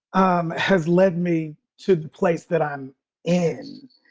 um has led me to the place that i'm in.